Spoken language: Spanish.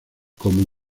como